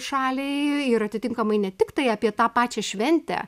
šaliai ir atitinkamai ne tiktai apie tą pačią šventę